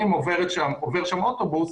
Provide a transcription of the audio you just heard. אם עובר שם אוטובוס,